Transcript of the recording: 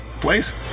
place